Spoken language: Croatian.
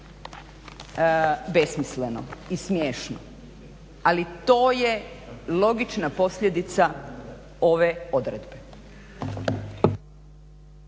Besmisleno i smiješno! Ali to je logična posljedica ove odredbe.